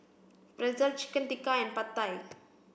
Pretzel Chicken Tikka and Pad Thai